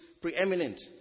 preeminent